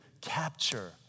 capture